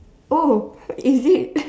oh is it